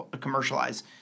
commercialize